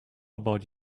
about